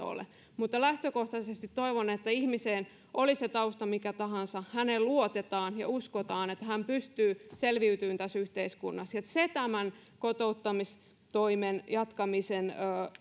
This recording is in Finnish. ole lähtökohtaisesti toivon että ihmiseen oli se tausta mikä tahansa luotetaan ja uskotaan että hän pystyy selviytymään tässä yhteiskunnassa se tämän kotouttamistoimen jatkamisen